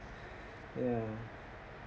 ya